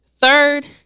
Third